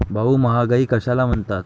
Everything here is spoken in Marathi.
भाऊ, महागाई कशाला म्हणतात?